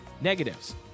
negatives